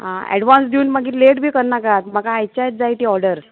आं एडवांस दिवन मागीर लेट बी करनाकात म्हाका आयचे आयज जाय ती ऑर्डर